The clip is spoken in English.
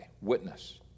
Witness